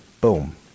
boom